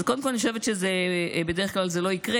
אז קודם כול, אני חושבת שבדרך כלל זה לא יקרה.